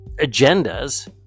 agendas